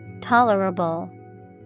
Tolerable